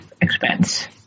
expense